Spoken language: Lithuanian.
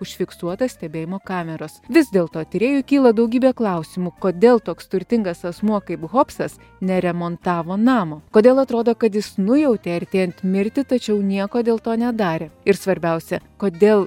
užfiksuotas stebėjimo kameros vis dėlto tyrėjui kyla daugybė klausimų kodėl toks turtingas asmuo kaip hopsas neremontavo namo kodėl atrodo kad jis nujautė artėjant mirtį tačiau nieko dėl to nedarė ir svarbiausia kodėl